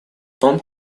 том